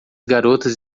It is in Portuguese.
garotas